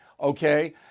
okay